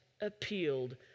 appealed